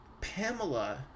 Pamela